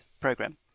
program